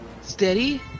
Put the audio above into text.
Steady